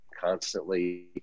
constantly